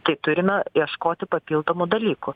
tai turime ieškoti papildomų dalykų